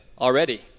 already